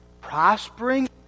prospering